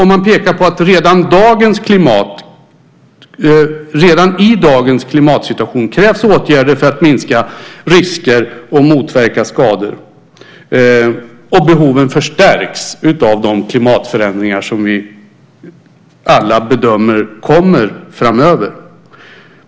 Man pekar på att redan med dagens klimatsituation krävs åtgärder för att minska risker och motverka skador, och behoven förstärks av de klimatförändringar som vi alla bedömer kommer framöver.